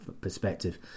perspective